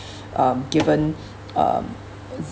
um given um